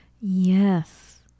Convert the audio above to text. Yes